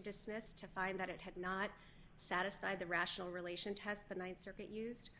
dismiss to find that it had not satisfy the rational relation test the th circuit used